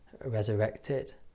resurrected